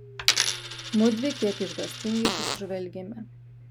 mudvi kiek išgąstingai susižvelgėme